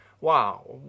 Wow